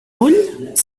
ull